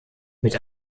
mit